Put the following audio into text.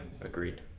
agreed